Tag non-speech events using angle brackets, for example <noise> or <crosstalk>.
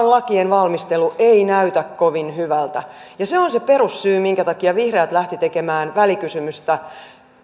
<unintelligible> lakien valmistelu ei vain näytä kovin hyvältä ja se on se perussyy minkä takia vihreät lähtivät tekemään välikysymystä